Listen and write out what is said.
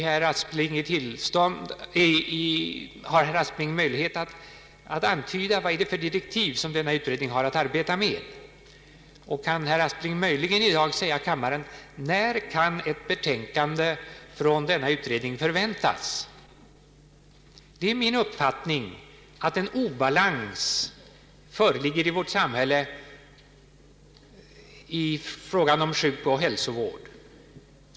Har statsrådet Aspling möjlighet att antyda vilka direktiv denna utredning har att arbeta med, och kan statsrådet möjligen i dag säga kammaren när ett betänkande från denna utredning kan förväntas? Det är min uppfattning att en obalans föreligger i vårt samhälle i fråga om sjukoch hälsovården.